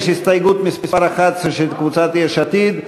יש הסתייגות מס' 11 של קבוצת יש עתיד,